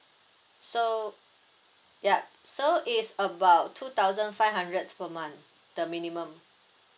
so yup so is about two thousand five hundred per month the minimum